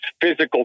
physical